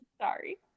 sorry